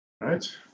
right